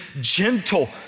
gentle